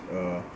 uh